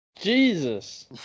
Jesus